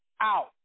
out